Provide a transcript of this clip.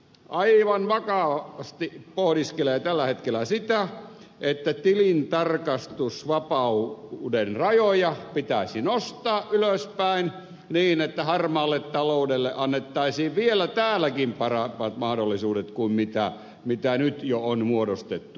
aivan vakavasti pohdiskelee tällä hetkellä sitä että tilintarkastusvapauden rajoja pitäisi nostaa ylöspäin niin että harmaalle taloudelle annettaisiin vielä täälläkin paremmat mahdollisuudet kuin nyt jo on muodostettu